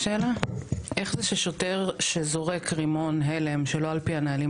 איך זה ששוטר שזורק רימון הלם שלא על פי הנהלים,